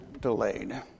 delayed